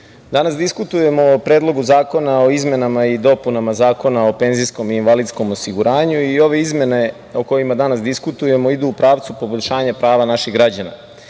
danas diskutujemo o Predlogu zakona o izmenama i dopunama Zakona o penzijskom i invalidskom osiguranju i ove izmene o kojima danas diskutujemo idu u pravcu poboljšanja prava naših građana.